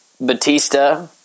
Batista